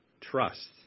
trust